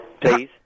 Please